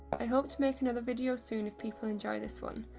i hope to make another video soon if people enjoy this one!